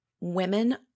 Women